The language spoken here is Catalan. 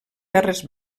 terres